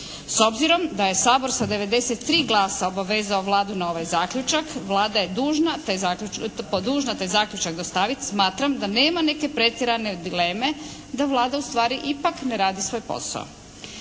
S obzirom da je Sabor sa 93 glasa obvezao Vladu na ovaj zaključak, Vlada je dužna taj zaključak dostavit. Smatram da nema neke pretjerane dileme da Vlada ustvari ipak ne radi svoj posao.